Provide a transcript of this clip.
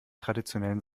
traditionellen